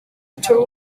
told